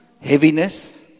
heaviness